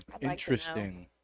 Interesting